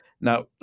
Now